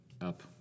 up